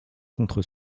contre